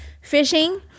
Fishing